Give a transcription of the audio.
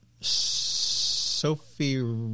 Sophie